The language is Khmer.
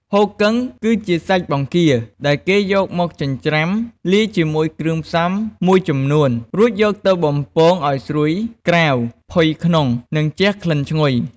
ហ៊ូគឹង គឺជាសាច់បង្គាដែលគេយកមកចិញ្ច្រាំលាយជាមួយគ្រឿងផ្សំមួយចំនួន រួចយកទៅបំពងឱ្យស្រួយក្រៅ ផុយក្នុង និងជះក្លិនឈ្ងុយ។